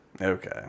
Okay